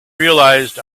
realized